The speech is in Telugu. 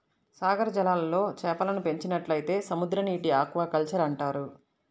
సాగర జలాల్లో చేపలను పెంచినట్లయితే సముద్రనీటి ఆక్వాకల్చర్ అంటారు